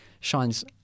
shines